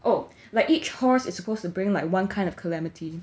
oh like each horse is supposed to bring like one kind of calamity